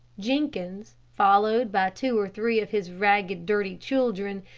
jenkins, followed by two or three of his ragged, dirty children,